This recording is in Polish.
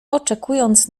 oczekując